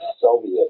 Soviet